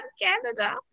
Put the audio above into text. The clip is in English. canada